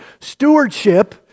Stewardship